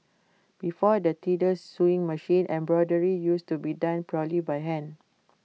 before the treadle sewing machine embroidery used to be done purely by hand